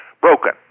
broken